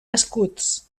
escuts